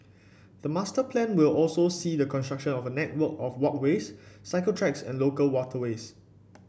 the master plan will also see the construction of a network of walkways cycle tracks and local waterways